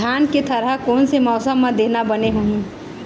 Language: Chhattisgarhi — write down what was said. धान के थरहा कोन से मौसम म देना बने होही?